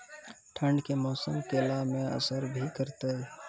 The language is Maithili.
ठंड के मौसम केला मैं असर भी करते हैं?